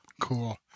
Cool